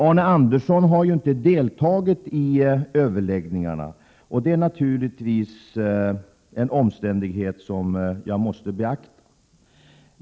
Arne Andersson har ju inte deltagit i överläggningarna, och det är naturligtvis en omständighet som jag måste beakta.